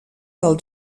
del